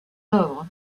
œuvres